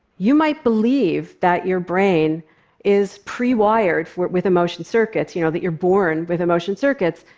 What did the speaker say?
you might believe that your brain is prewired with emotion circuits, you know that you're born with emotion circuits,